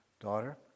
daughter